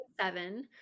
seven